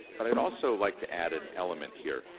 but i'd also like to add an element here.